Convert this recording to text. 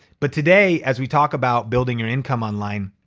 but today as we talk about building your income online